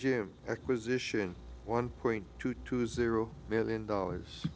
jim acquisition one point two two zero million dollars